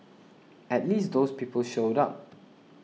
at least those people showed up